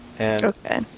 Okay